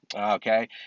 okay